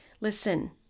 Listen